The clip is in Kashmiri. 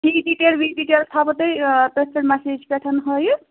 فی ڈِٹیل وی ڈِٹیل تھاوٕ بہٕ تۄہہِ تَتھ پٮ۪ٹھ مَسیج پٮ۪ٹھ ہٲوِتھ